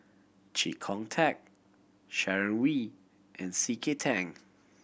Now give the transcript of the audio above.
Chee Kong Tet Sharon Wee and C K Tang